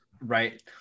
right